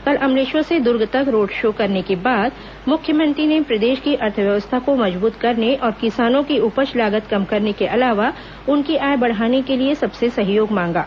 कल अमलेश्वर से दुर्ग तक रोड शो करने के बाद मुख्यमंत्री ने प्रदेश की अर्थव्यवस्था को मजबूत करने और किसानों की उपज लागत कम करने के अलावा उनकी आय बढ़ाने के लिए सबसे सहयोग मांगा